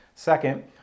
Second